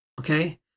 Okay